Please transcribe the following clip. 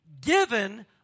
given